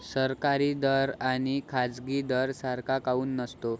सरकारी दर अन खाजगी दर सारखा काऊन नसतो?